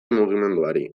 mugimenduari